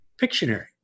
Pictionary